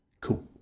cool